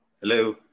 Hello